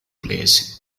place